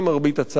למרבה הצער,